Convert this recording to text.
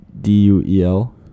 D-U-E-L